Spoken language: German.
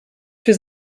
für